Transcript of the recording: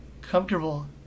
Comfortable